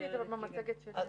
העברתי את זה במצגת שלי.